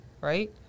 Right